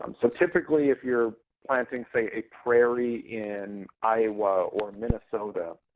um so typically, if you're planting, say, a prairie in iowa or minnesota,